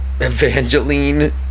Evangeline